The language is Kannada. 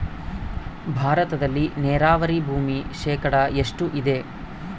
ಭಾರತದಲ್ಲಿ ನೇರಾವರಿ ಭೂಮಿ ಶೇಕಡ ಎಷ್ಟು ಇದೆ?